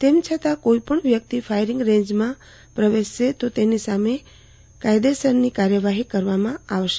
તેમ છતાં કોઇપણ વ્યકિત ઉપરોકત ફાયરીંગ રેંજમાં પ્રવેશશે તો તેની સામે કાયદેસરની કાર્યવાહી હાથ ધરવામાં આવશે